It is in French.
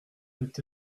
peut